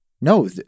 no